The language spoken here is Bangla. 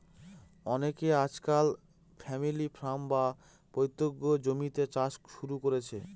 অনকে আজকাল ফ্যামিলি ফার্ম, বা পৈতৃক জমিতে চাষ শুরু করেছে